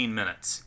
minutes